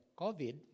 COVID